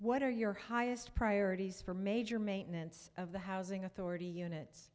what are your highest priorities for major maintenance of the housing authority units